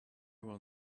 will